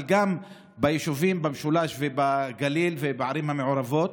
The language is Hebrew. אבל גם ביישובים במשולש ובגליל ובערים המעורבות